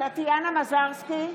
טטיאנה מזרסקי,